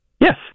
Yes